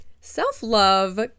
self-love